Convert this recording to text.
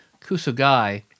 Kusugai